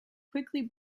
quickly